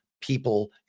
people